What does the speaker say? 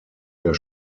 der